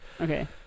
Okay